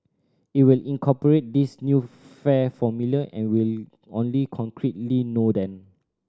it will incorporate this new fare formula and we only concretely know then